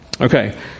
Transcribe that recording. Okay